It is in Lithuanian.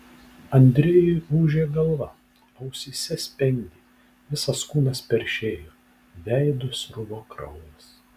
andrejui ūžė galva ausyse spengė visas kūnas peršėjo veidu sruvo kraujas